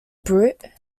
brute